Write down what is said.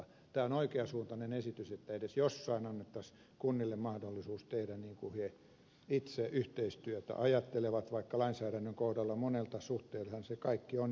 tämä on oikeansuuntainen esitys että edes jossain annettaisiin kunnille mahdollisuus tehdä niin kuin ne itse yhteistyöstä ajattelevat vaikka lainsäädännön kohdalla monessa suhteessa se kaikki on jo nykyisin mahdollista